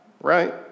right